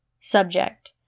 Subject